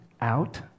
out